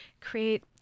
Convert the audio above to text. create